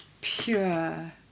pure